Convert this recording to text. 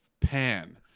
pan